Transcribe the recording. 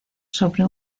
sobre